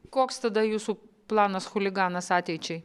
koks tada jūsų planas chuliganas ateičiai